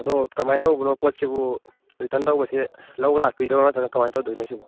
ꯑꯗꯣ ꯀꯃꯥꯏ ꯇꯧꯕꯅꯣ ꯄꯣꯠꯁꯤꯕꯨ ꯔꯤꯇꯔꯟ ꯇꯧꯕꯁꯦ ꯂꯧꯕ ꯂꯥꯛꯄꯤꯗꯣꯏꯔꯥ ꯅꯠꯇ꯭ꯔꯥ ꯀꯃꯥꯏ ꯇꯧꯗꯣꯏꯅꯣ ꯁꯤꯕꯨ